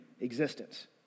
existence